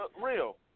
Real